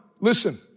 listen